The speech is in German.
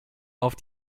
auf